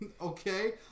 okay